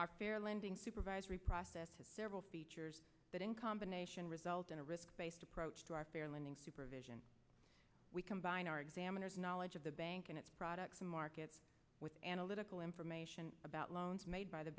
our fair lending supervisory process to several features that in combination result in a risk based approach to our fair linning supervision we combine our examiners knowledge of the bank and its products and markets with analytical information about loans made by the